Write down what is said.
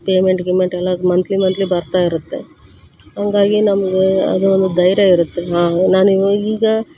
payment ಗೀಮೆಂಟ್ ಎಲ್ಲದು monthly monthly ಬರ್ತಾ ಇರುತ್ತೆ ಹಂಗಾಗಿ ನಮಗೆ ಅದು ಒಂದು ಧೈರ್ಯ ಇರುತ್ತೆ ಹಾಂ ನಾನಿವಾಗ ಈಗ